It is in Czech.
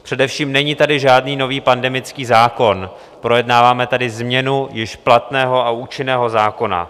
Především tady není žádný nový pandemický zákon, projednáváme tady změnu již platného a účinného zákona.